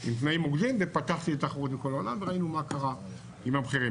עם תנאים הוגנים ופתחתי תחרות בכל העולם וראינו מה קרה עם המחירים.